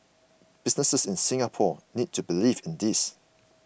businesses in Singapore need to believe in this